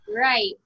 right